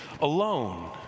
alone